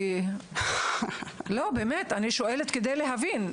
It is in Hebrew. אני שואלת כדי להבין.